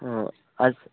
ହଁ ଆସ